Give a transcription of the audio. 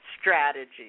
strategy